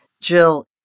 Jill